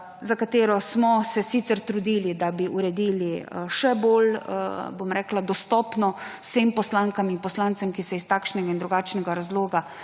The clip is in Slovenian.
za katero smo se sicer trudili, da bi ga uredili še bolj dostopnega vsem poslankam in poslancem, ki se iz takšnega in drugačnega razloga